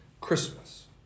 Christmas